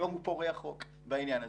היום הוא פורע חוק בעניין הזה,